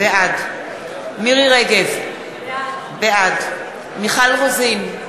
בעד מירי רגב, בעד מיכל רוזין,